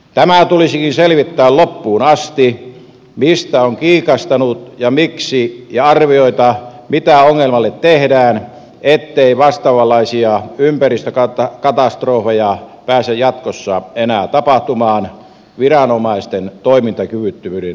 tämä tulisikin selvittää loppuun asti mistä on kiikastanut ja miksi ja arvioida mitä ongelmalle tehdään ettei vastaavanlaisia ympäristökatastrofeja pääse jatkossa enää tapahtumaan viranomaisten toimintakyvyttömyyden vuoksi